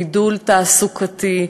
בידול תעסוקתי.